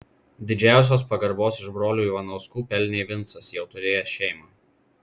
didžiausios pagarbos iš brolių ivanauskų pelnė vincas jau turėjęs šeimą